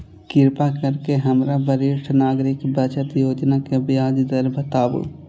कृपा करके हमरा वरिष्ठ नागरिक बचत योजना के ब्याज दर बताबू